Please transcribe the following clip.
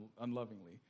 unlovingly